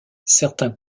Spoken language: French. certains